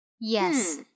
Yes